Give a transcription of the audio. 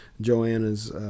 Joanna's